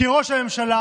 כי ראש הממשלה,